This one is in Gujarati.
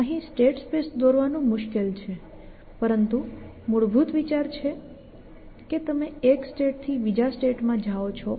અહીં સ્ટેટ સ્પેસ દોરવાનું મુશ્કેલ છે પરંતુ મૂળભૂત વિચાર છે કે તમે એક સ્ટેટથી બીજા સ્ટેટમાં જાઓ છો